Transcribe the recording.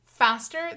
Faster